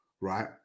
right